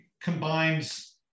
combines